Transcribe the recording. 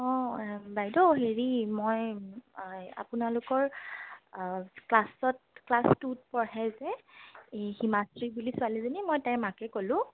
অঁ বাইদেউ হেৰি মই আপোনালোকৰ ক্লাছত ক্লাছ টুত পঢ়ে যে এই হিমাশ্ৰী বুলি ছোৱালীজনী মই তাইৰ মাকে ক'লোঁ